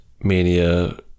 mania